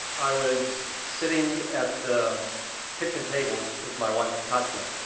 i was sitting at the kitchen table with my wife katya,